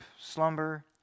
slumber